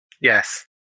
Yes